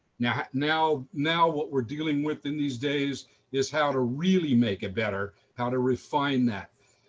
yeah now now what we're dealing with in these days is how to really make it better, how to refine that.